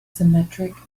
symmetric